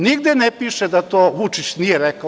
Nigde ne piše da to Vučić nije rekao.